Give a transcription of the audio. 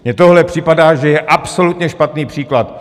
Mně tohle připadá, že je absolutně špatný příklad.